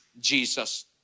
Jesus